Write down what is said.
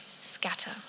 scatter